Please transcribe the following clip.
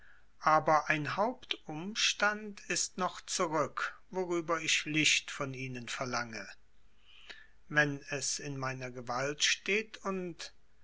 aber ein hauptumstand ist noch zurück worüber ich licht von ihnen verlange wenn es in meiner gewalt steht und